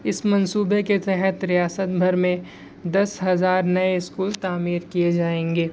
اس منصوبہ کے تحت ریاست بھر میں دس ہزار نئے اسکول تعمیر کئے جائیں گے